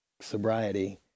sobriety